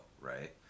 right